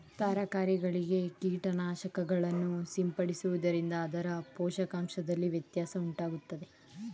ತರಕಾರಿಗಳಿಗೆ ಕೀಟನಾಶಕಗಳನ್ನು ಸಿಂಪಡಿಸುವುದರಿಂದ ಅದರ ಪೋಷಕಾಂಶದಲ್ಲಿ ವ್ಯತ್ಯಾಸ ಉಂಟಾಗುವುದೇ?